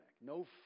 no